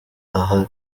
aha